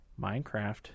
Minecraft